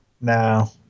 No